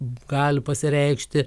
gali pasireikšti